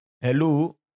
hello